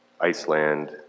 Iceland